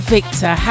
Victor